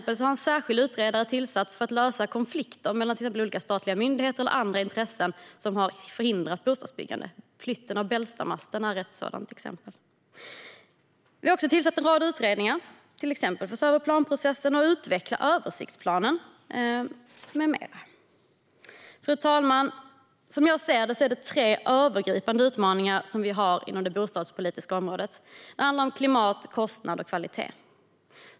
En särskild utredare har tillsatts för att lösa konflikter mellan till exempel olika statliga myndigheter eller andra intressen som har förhindrat bostadsbyggande. Flytten av Bällstamasten är ett sådant exempel. Vi har också tillsatt en rad utredningar för att till exempel se över planprocessen och utveckla översiktsplanen. Fru talman! Som jag ser det är det tre övergripande utmaningar vi har inom det bostadspolitiska området. Det handlar om klimat, kostnad och kvalitet.